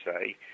say